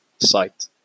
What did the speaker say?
site